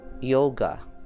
yoga